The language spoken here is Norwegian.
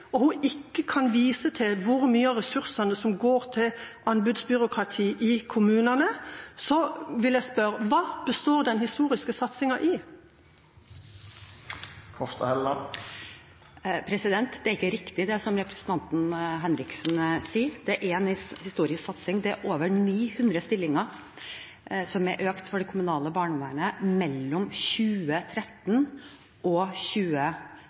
og hun ikke kan vise til hvor mye av ressursene som går til anbudsbyråkrati i kommunene, så vil jeg spørre: Hva består den historiske satsingen i? Det er ikke riktig det som representanten Henriksen sier. Det er en historisk satsing. Det kommunale barnevernet økte med over 900 stillinger mellom 2013 og 2017. Det er en sjelden satsing – og